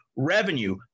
revenue